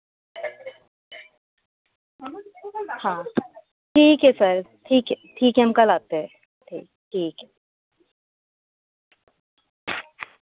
हाँ ठीक है सर ठीक है ठीक है हम कल आते हैं ठीक ठीक